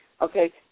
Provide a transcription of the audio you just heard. Okay